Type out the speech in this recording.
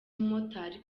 umumotari